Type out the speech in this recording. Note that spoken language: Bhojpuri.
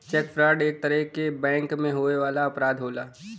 चेक फ्रॉड एक तरे क बैंक में होए वाला अपराध होला